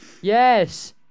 Yes